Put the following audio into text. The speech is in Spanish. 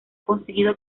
conseguido